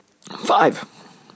Five